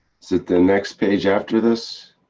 is it the next page after this?